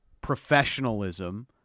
professionalism